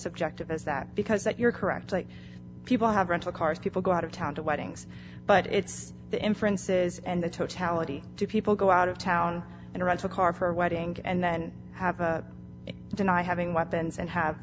subjective as that because that you're correct like people have rental cars people go out of town to weddings but it's the inferences and the totality to people go out of town and rent a car for a wedding and then have a deny having weapons and have